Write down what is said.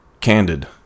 candid